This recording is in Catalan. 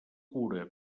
cura